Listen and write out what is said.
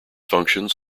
functions